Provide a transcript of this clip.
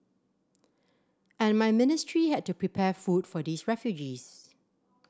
and my ministry had to prepare food for these refugees